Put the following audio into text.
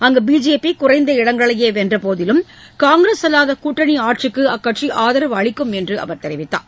அங்கு பிஜேபி குறைந்த இடங்களையே வென்ற போதிலும் காங்கிரஸ் அல்லாத கூட்டணி ஆட்சிக்கு அக்கட்சி ஆதரவு அளிக்கும் என்று அவர் தெரிவித்தார்